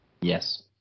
Yes